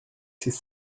ses